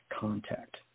contact